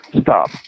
stop